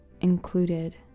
included